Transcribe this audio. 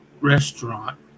restaurant